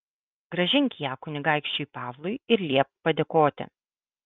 grąžink ją kunigaikščiui pavlui ir liepk padėkoti